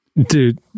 dude